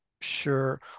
Sure